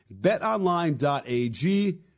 BetOnline.ag